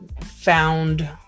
found